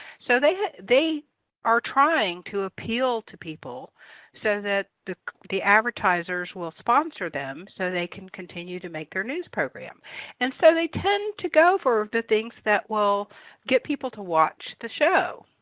so they they are trying to appeal to people so that the the advertisers will sponsor them so they can continue to make their news program and so they tend to go for the things that will get people to watch the show.